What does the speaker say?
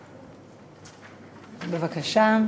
בבקשה.